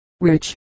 rich